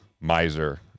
miser